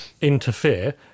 interfere